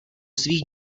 svých